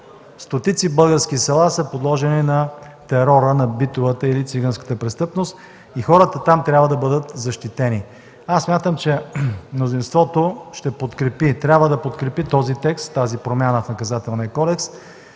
Стотици български села са подложени на терора на битовата или циганската престъпност и хората там трябва да бъдат защитени. Аз смятам, че мнозинството ще подкрепи и трябва да подкрепи този текст, тази промяна в Наказателния кодекс,